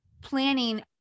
planning